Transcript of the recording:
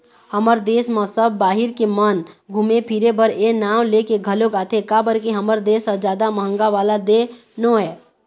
हमर देस म सब बाहिर के मन घुमे फिरे बर ए नांव लेके घलोक आथे काबर के हमर देस ह जादा महंगा वाला देय नोहय